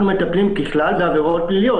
אנחנו מטפלים ככלל בעבירות פליליות.